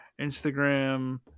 Instagram